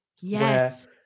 Yes